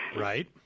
Right